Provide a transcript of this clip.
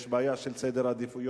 יש בעיה של סדר עדיפויות,